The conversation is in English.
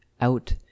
out